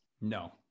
No